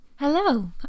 Hello